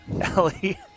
Ellie